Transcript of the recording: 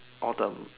all the